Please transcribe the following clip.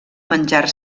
menjar